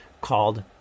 called